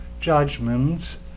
judgments